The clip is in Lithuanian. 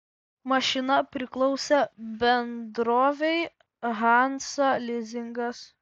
mašina priklausė bendrovei hansa lizingas